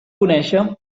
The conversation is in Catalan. conèixer